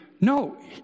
No